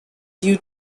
due